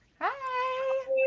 Hi